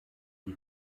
die